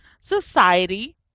society